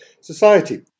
society